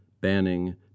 Banning